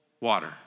water